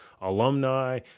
alumni